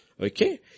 Okay